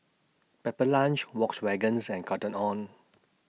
Pepper Lunch Volkswagens and Cotton on